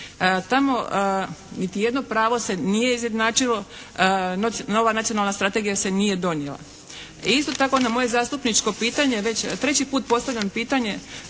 Tamo niti jedno pravo se nije izjednačilo, nova nacionalna strategija se nije donijela. Isto tako, na moje zastupničko pitanje, ja već treći put postavljam pitanje